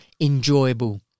enjoyable